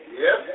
Yes